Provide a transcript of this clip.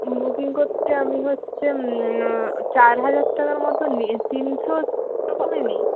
booking করতে আমি হচ্ছে চার হাজার টাকার মতো লেগে তিনশো ওরকমই নিই